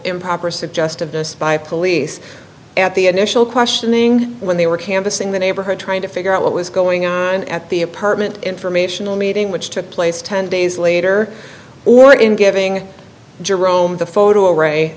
improper suggestiveness by police at the initial questioning when they were canvassing the neighborhood trying to figure out what was going on at the apartment informational meeting which took place ten days later or in giving jerome the photo array